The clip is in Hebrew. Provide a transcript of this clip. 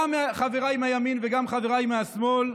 גם חבריי מהימין וגם חבריי מהשמאל?